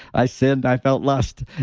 i sinned, i felt lust.